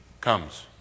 comes